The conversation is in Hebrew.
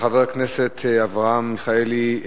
של חבר הכנסת אברהם מיכאלי,